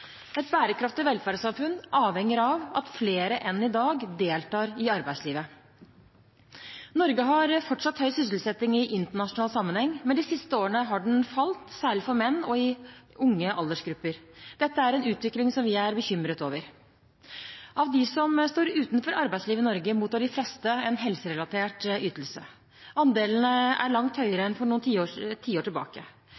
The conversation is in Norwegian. Et bærekraftig velferdssamfunn avhenger av at flere enn i dag deltar i arbeidslivet. Norge har fortsatt høy sysselsetting i internasjonal sammenheng, men de siste årene har den falt, særlig for menn og i unge aldersgrupper. Dette er en utvikling vi er bekymret over. Av dem som står utenfor arbeidslivet i Norge, mottar de fleste en helserelatert ytelse. Andelen er langt høyere